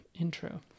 intro